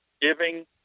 giving